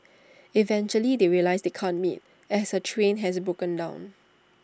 eventually they realise they can't meet as her train has broken down